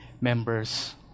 members